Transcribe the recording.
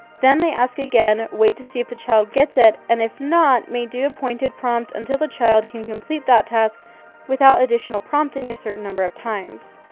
then they ask again, wait to see if the child gets it, and if not, may do a pointed prompt until the child can complete that task without additional prompting a certain number of times.